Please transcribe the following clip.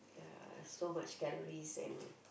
ya so much calories and